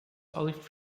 olive